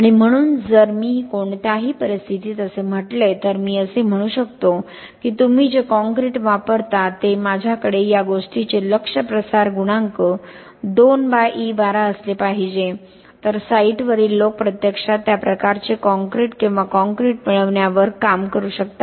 आणि म्हणून जर मी कोणत्याही परिस्थितीत असे म्हटले तर मी असे म्हणू शकतो की तुम्ही जे काँक्रीट वापरता ते माझ्याकडे या गोष्टीचे लक्ष्य प्रसार गुणांक 2 x e 12 असले पाहिजे तर साइटवरील लोक प्रत्यक्षात त्या प्रकारचे कॉंक्रिट किंवा कॉंक्रिट मिळविण्यावर काम करू शकतात